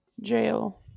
Jail